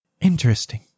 Interesting